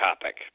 topic